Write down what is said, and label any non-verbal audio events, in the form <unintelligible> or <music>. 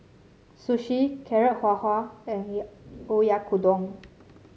sushi Carrot Halwa and <unintelligible> Oyakodon